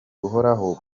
buhoraho